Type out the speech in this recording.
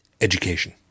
Education